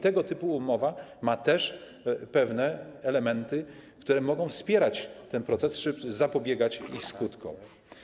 Tego typu umowa ma też pewne elementy, które mogą wspierać ten proces czy zapobiegać skutkom.